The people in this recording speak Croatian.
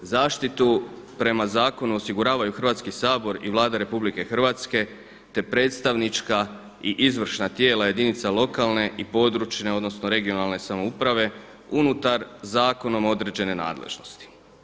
Zaštitu prema zakonu osiguravaju Hrvatski sabor i Vlada RH, te predstavnička i izvršna tijela jedinica lokalne (regionalne) i područne samouprave unutar zakonom određene nadležnosti.